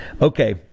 Okay